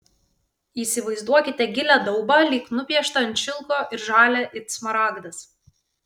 įsivaizduokite gilią daubą lyg nupieštą ant šilko ir žalią it smaragdas